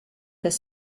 their